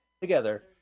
together